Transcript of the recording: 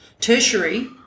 tertiary